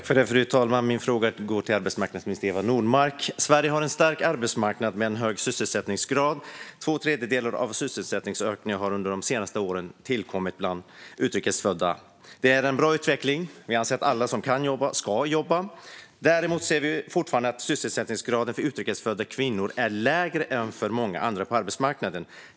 Fru talman! Min fråga går till arbetsmarknadsminister Eva Nordmark. Sverige har en stark arbetsmarknad med en hög sysselsättningsgrad. Två tredjedelar av sysselsättningsökningen har under de senaste åren tillkommit bland utrikes födda. Det är en bra utveckling. Vi anser att alla som kan jobba ska jobba. Däremot ser vi att sysselsättningsgraden för utrikes födda kvinnor fortfarande är lägre än för många andra på arbetsmarknaden.